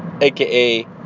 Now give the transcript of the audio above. aka